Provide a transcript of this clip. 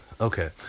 Okay